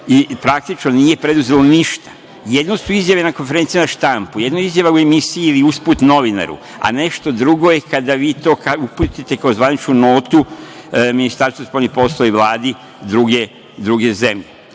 praktično, nije preduzelo ništa. Jedno su izjave na konferencijama za štampu, jedno je izjava u emisiji ili usput novinaru, a nešto drugo je kada vi to uputite kao zvaničnu notu Ministarstvu spoljnih poslova i Vladi druge zemlje.